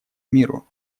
миру